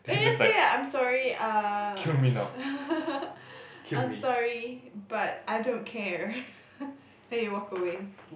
then you just say ah I'm sorry uh I'm sorry but I don't care then you walk away